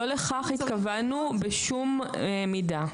לא לכך התכוונו בשום מידה.